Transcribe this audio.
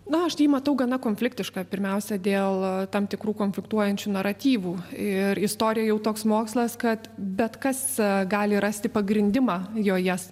na aš jį matau gana konfliktišką pirmiausia dėl tam tikrų konfliktuojančių naratyvų ir istorija jau toks mokslas kad bet kas gali rasti pagrindimą jo jas